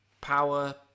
Power